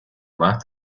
más